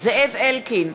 זאב אלקין,